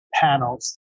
panels